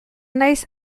naiz